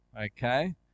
Okay